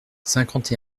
cinquante